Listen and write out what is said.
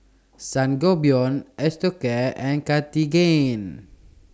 Sangobion Osteocare and Cartigain